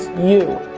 you.